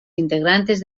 integrantes